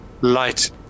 light